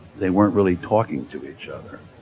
they weren't really talking to each other.